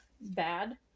bad